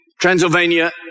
Transylvania